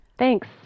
Thanks